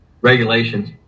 regulations